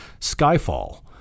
Skyfall